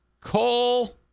Cole